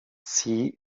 sie